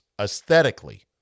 aesthetically